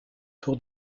tour